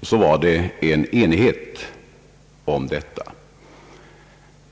i ämnet.